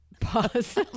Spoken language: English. Pause